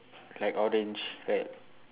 like orange right